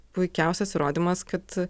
puikiausias įrodymas kad